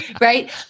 right